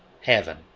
heaven